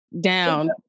down